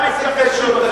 אתה לבוש כמו בדואי?